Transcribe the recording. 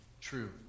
true